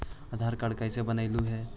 आधार card कईसे बनैलहु हे?